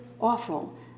awful